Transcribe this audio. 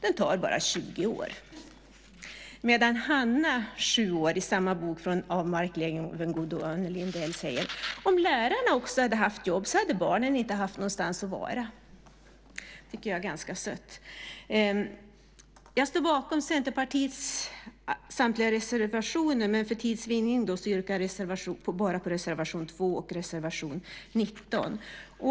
Den tar bara 20 år. I samma bok av Mark Levengood och Unni Lindell säger Hanna, 7 år: Om lärarna också hade haft jobb hade barnen inte haft någonstans att vara. Det tycker jag är ganska sött. Jag står bakom Centerpartiets samtliga reservationer, men för tids vinning yrkar jag bifall bara till reservation 2 och reservation 19.